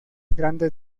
grandes